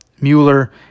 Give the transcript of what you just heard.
Mueller